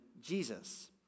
Jesus